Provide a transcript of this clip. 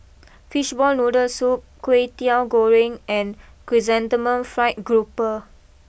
Fishball Noodle Soup Kwetiau Goreng and Chrysanthemum Fried grouper